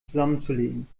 zusammenzulegen